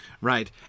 right